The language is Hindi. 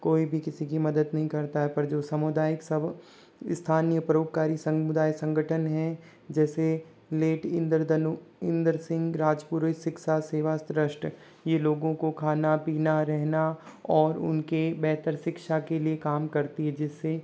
कोई भी किसी की मदद नहीं करता है पर जो सामुदायिक सब स्थानीय परोपकारी समुदाय संगठन हैं जैसे लेट इन्द्र धनु इंद्र सिंह राज पुरोहित शिक्षा सेवा ट्रस्ट ये लोगों को खाना पीना रहना और उनके बेहतर शिक्षा के लिए काम करती है जिससे